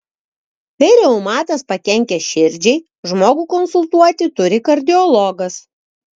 kai reumatas pakenkia širdžiai žmogų konsultuoti turi kardiologas